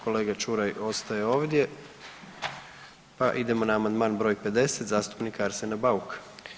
Kolega Čuraj ostaje ovdje, pa idemo na amandman broj 50. zastupnika Arsena Bauka.